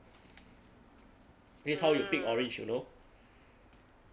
this is how you pick orange you know